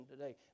today